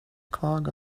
clog